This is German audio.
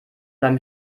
beim